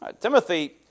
Timothy